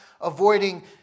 avoiding